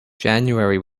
january